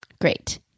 Great